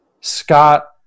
Scott